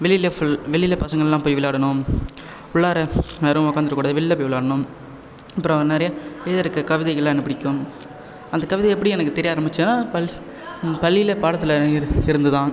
வெளியில் ஃபுல் வெளியில் பசங்க எல்லாம் போய் விளையாடணும் உள்ளாற யாரும் உக்காந்துருக்கக் கூடாது வெளில போய் விளையாடணும் அப்புறம் நிறையா இது இருக்கு கவிதைகள்லாம் எனக்கு பிடிக்கும் அந்த கவிதை எப்படி எனக்கு தெரிய ஆரம்பித்ததுன்னா பள் பள்ளியில் பாடத்தில் இருந்துதான்